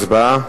הצבעה.